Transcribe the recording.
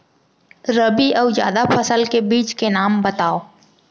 रबि अऊ जादा फसल के बीज के नाम बताव?